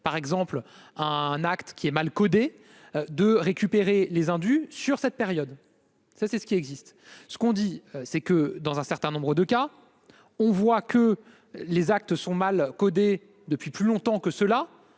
par exemple, un acte qui est mal codé de récupérer les indus sur cette période, ça, c'est ce qui existe ce qu'on dit, c'est que dans un certain nombre de cas, on voit que les actes sont mal codé depuis plus longtemps que ceux-là,